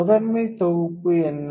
முதன்மை தொகுப்பு என்ன